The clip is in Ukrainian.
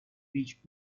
річ